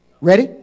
Ready